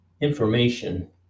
information